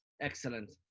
Excellent